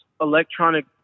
electronic